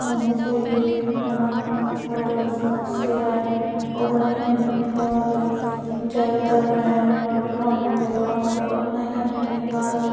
मोमोज़ होई गे हैना होर समोसे ऐ ओह् बनाई लैन्नी हुन्नी घर ज्यादातर मै परांठे बगैरा होंदे ओह् बनाई लैन्नी हुन्नी घर